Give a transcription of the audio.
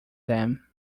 them